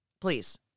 Please